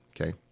okay